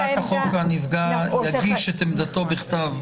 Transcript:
לפי הצעת החוק הנפגע יגיש את עמדתו בכתב.